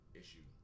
issue